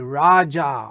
raja